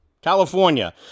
California